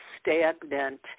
stagnant